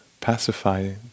pacify